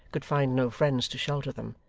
could find no friends to shelter them.